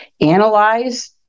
analyze